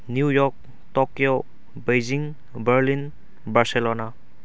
New York Tokyo Beijing Berlin Barcelona